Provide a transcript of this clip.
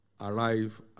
arrive